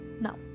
Now